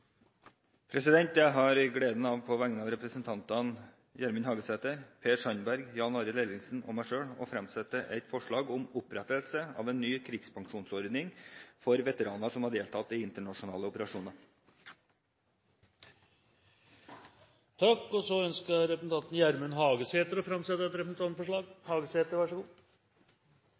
representantforslag. Jeg har gleden av på vegne av representantene Gjermund Hagesæter, Per Sandberg, Jan Arild Ellingsen og meg selv å framsette et forslag om opprettelse av en ny krigspensjonsordning for veteraner som har deltatt i internasjonale operasjoner. Så ønsker representanten Gjermund Hagesæter å framsette et representantforslag.